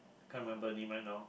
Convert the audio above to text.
can't remember any right now